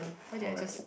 alright